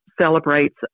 celebrates